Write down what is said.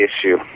issue